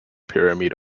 pyramid